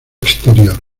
exterior